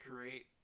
create